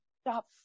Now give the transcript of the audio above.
Stop